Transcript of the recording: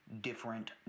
different